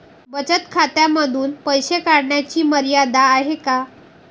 बचत खात्यांमधून पैसे काढण्याची मर्यादा आहे का?